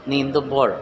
നീന്തുമ്പോൾ